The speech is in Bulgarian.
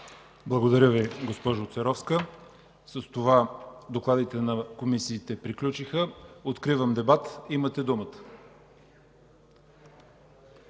Благодаря Ви, госпожо Церовска. С това докладите на комисиите приключиха. Откривам дебата, имате думата.